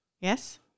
Yes